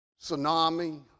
tsunami